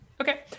Okay